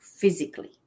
physically